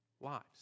lives